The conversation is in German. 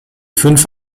fünf